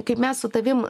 kaip mes su tavim